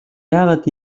яагаад